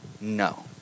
No